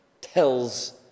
tells